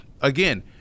again